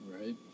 Right